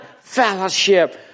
fellowship